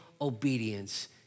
obedience